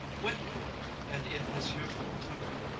when cooled, and in his usual temper,